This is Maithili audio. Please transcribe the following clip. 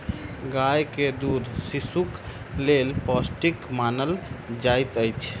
गाय के दूध शिशुक लेल पौष्टिक मानल जाइत अछि